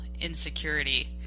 insecurity